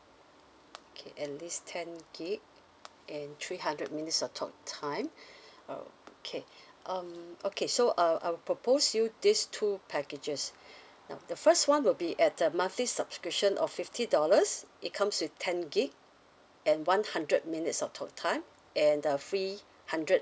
okay at least ten gig and three hundred minutes of talk time okay um okay so uh I will propose you these two packages now the first one will be at the monthly subscription of fifty dollars it comes with ten gig and one hundred minutes of talk time and a free hundred